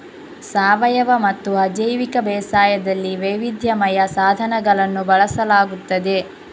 ಸಾವಯವಮತ್ತು ಅಜೈವಿಕ ಬೇಸಾಯದಲ್ಲಿ ವೈವಿಧ್ಯಮಯ ಸಾಧನಗಳನ್ನು ಬಳಸಲಾಗುತ್ತದೆ